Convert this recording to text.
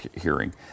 hearing